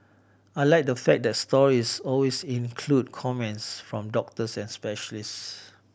I like the fact that the stories always include comments from doctors and specialists